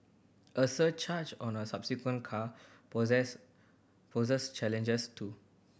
a surcharge on a subsequent car poses poses challenges too